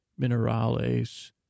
minerales